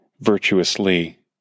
virtuously